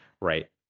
right